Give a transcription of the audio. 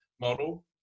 model